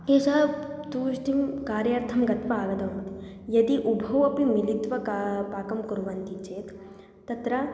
एषः तूष्णीं कार्यार्थं गत्वा आगतवान् यदि उभौ अपि मिलित्वा का पाकं कुर्वन्ति चेत् तत्र